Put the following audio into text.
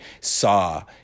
saw